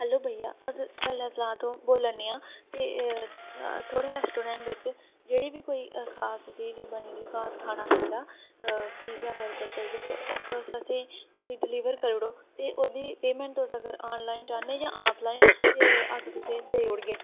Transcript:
hello भैया अस्स सैल्ला तला तूं बोल्ला ने आं ते थुआढ़े रेस्टोरैंट बिच्च जेह्ड़ी बी कोई खास चीज बनी दी खास खाना बने दा पीजा बर्गर कोई बी ते तुस असेंगी उसी डिलिवर करू उड़ो ते ओह्दी पेमेंट तुस अगर आनलाइन चाहने जां ऑफलाइन ते अस्स तुसेंगी देई उड़गे